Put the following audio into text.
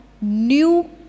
new